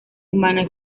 humana